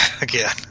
Again